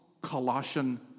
Colossian